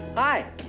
Hi